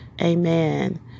Amen